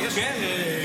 כי יש לי שאלות.